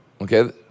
Okay